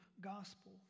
gospel